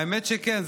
האמת שכן,